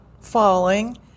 falling